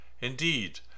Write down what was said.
Indeed